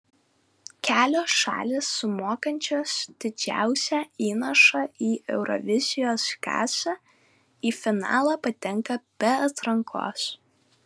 kelios šalys sumokančios didžiausią įnašą į eurovizijos kasą į finalą patenka be atrankos